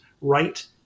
right